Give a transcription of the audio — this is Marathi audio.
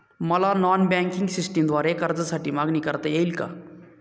मला नॉन बँकिंग सिस्टमद्वारे कर्जासाठी मागणी करता येईल का?